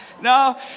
no